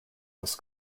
was